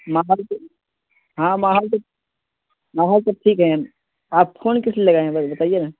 ماحول بھی ہاں ماحول بھی ماحول سب ٹھیک ہے آپ فون کس لیے لگائے ہیں بتائیے نا